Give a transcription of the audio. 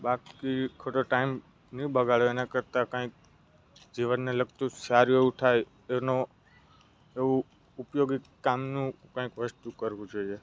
બાકી ખોટો ટાઈમ ન બગડો એના કરતાં કાંઈક જીવનને લગતું સારું એવું થાય તેનો એવું ઉપયોગી કામનું કંઈક વસ્તુ કરવું જોઈએ